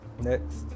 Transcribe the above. next